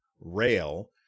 rail